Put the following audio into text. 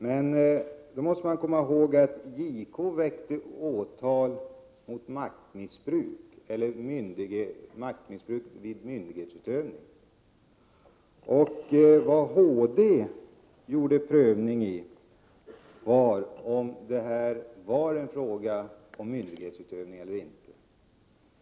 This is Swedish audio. Men då måste man komma ihåg att JK väckte åtal för maktmissbruk vid myndighetsutövning, och vad HD prövade var om det här var en fråga om myndighetsutövning eller inte.